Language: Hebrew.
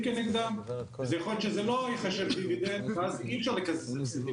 כנגדה ויכול להיות שזה לא ייחשב דיבידנד ואז אי אפשר לקזז הפסדים.